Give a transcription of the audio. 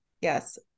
Yes